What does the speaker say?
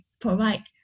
provide